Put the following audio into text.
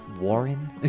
Warren